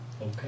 Okay